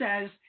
says